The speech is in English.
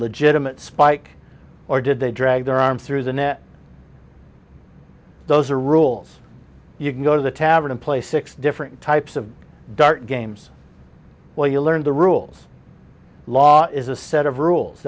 legitimate spike or did they drag their arm through the net those are rules you can go to the tavern and play six different types of dart games where you learn the rules law is a set of rules